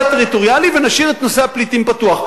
הטריטוריאלי ונשאיר את נושא הפליטים פתוח,